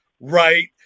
right